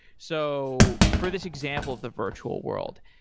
so for this example of the virtual world,